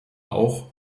auch